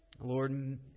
Lord